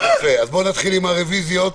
נתחיל עם הרוויזיות